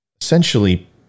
essentially